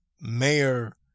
Mayor